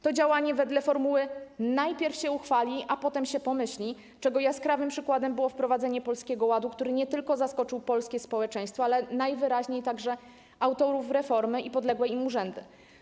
To działanie wedle formuły: najpierw się uchwali, a potem się pomyśli, czego jaskrawym przykładem było wprowadzenie Polskiego Ładu, który nie tylko zaskoczył polskie społeczeństwo, ale najwyraźniej także autorów reformy i podległe im urzędy.